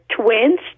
twins